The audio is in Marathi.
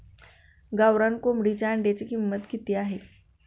गावरान कोंबडीच्या अंड्याची किंमत किती आहे?